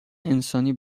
انسانی